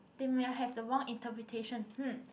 they may have the wrong interpretation